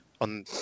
on